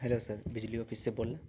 hello sir بجلی office سے بول رہے ہیں